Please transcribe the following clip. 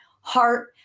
heart